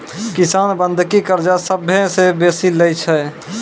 किसान बंधकी कर्जा सभ्भे से बेसी लै छै